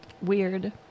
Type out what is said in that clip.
Weird